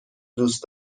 دوست